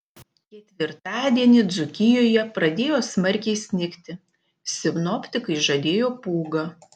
ketvirtadienį dzūkijoje pradėjo smarkiai snigti sinoptikai žadėjo pūgą